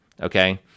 Okay